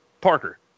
Parker